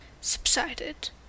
subsided